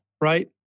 right